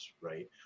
right